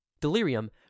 Delirium